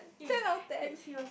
ten out of ten